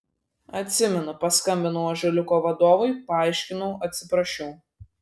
atsimenu paskambinau ąžuoliuko vadovui paaiškinau atsiprašiau